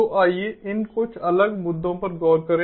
तो आइए इन कुछ अलग मुद्दों पर गौर करें